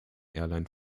airline